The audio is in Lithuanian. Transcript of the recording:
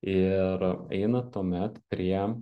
ir einat tuomet prie